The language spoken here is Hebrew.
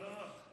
לא, לא, לא.